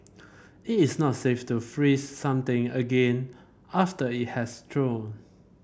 it is not safe to freeze something again after it has thawed